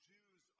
Jews